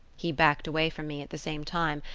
he backed away from me at the same time,